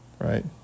right